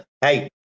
hey